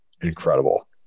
incredible